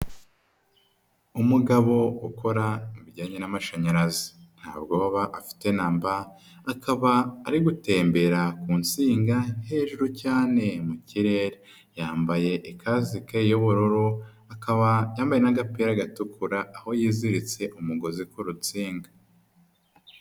Umugabo ukora mu bijyanye n'amashanyarazi nta bwoba afite namba akaba ari gutembera ku nsinga hejuru cyane mu kirere, yambaye ikasike y'ubururu akaba yambaye n'agapira gatukura aho yiziritse umugozi ku rutsinga.